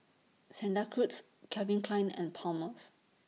Santa Cruz Calvin Klein and Palmer's